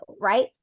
right